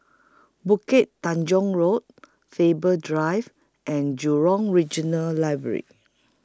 Bukit Tunggal Road Faber Drive and Jurong Regional Library